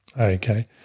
Okay